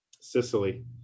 sicily